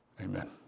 Amen